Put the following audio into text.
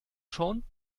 schon